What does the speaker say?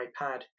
iPad